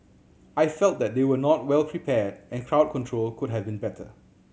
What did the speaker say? I felt that they were not well prepared and crowd control could have been better